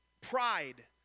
pride